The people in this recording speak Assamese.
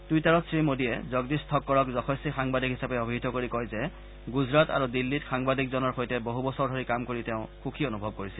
টুইটাৰত শ্ৰীমোদীয়ে জগদীশ থক্কৰক যশস্বী সাংবাদিক হিচাপে অভিহিত কৰি কয় যে গুজৰাট আৰু দিল্লীত সাংবাদিকজনৰ সৈতে বহু বছৰ ধৰি কাম কৰি তেওঁ সুখী অনুভৱ কৰিছিল